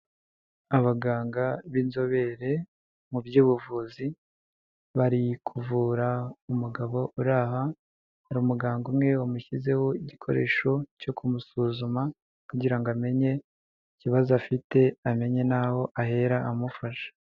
Abaganga b'inzobere mu by'ubuvuzi, bari kuvura umugabo uri aha, hari umuganga umwe wamushyizeho igikoresho cyo kumusuzuma kugira ngo amenye ikibazo afite amenye naho aho ahera amufasha.